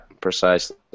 precisely